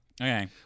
Okay